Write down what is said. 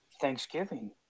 Thanksgiving